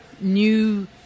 new